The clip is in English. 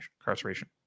Incarceration